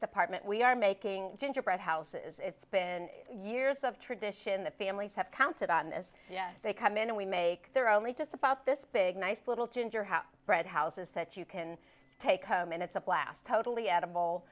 department we are making gingerbread houses it's been years of tradition the families have counted on this yes they come in and we make their only just about this big nice little ginger how bread house is that you can take home and it's a blast totally